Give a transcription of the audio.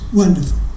wonderful